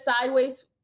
sideways